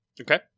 Okay